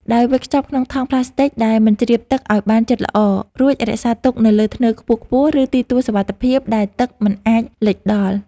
ដោយវេចខ្ចប់ក្នុងថង់ប្លាស្ទិកដែលមិនជ្រាបទឹកឱ្យបានជិតល្អ រួចរក្សាទុកនៅលើធ្នើខ្ពស់ៗ ឬទីទួលសុវត្ថិភាពដែលទឹកមិនអាចលិចដល់។